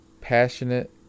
passionate